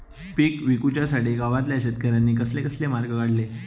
पीक विकुच्यासाठी गावातल्या शेतकऱ्यांनी कसले कसले मार्ग काढले?